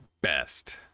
best